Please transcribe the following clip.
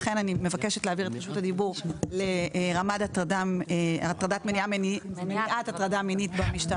ולכן אני מבקשת להעביר את רשות הדיבור לרמ"ד מניעת הטרדה במשטרה,